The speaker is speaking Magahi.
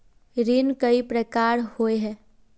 ऋण कई प्रकार होए है?